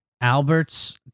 Albert's